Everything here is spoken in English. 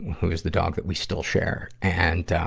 who is the dog that we still share. and, ah,